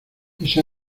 ese